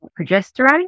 progesterone